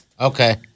Okay